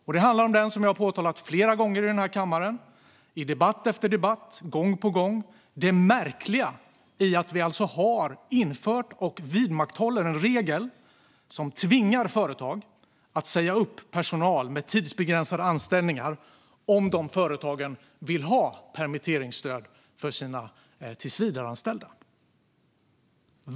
Jag har i debatt efter debatt, gång på gång i denna kammare påtalat det märkliga i att vi inför och vidmakthåller en regel som tvingar företag att säga upp personal med tidsbegränsade anställningar om företagen vill få permitteringsstöd för sina tillsvidareanställda.